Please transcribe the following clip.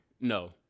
no